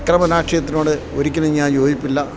അക്രമ രാഷ്ട്രിയത്തിനോട് ഒരിക്കലും ഞാൻ യോജിപ്പില്ല